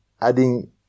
adding